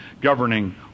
governing